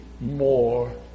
more